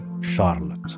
Charlotte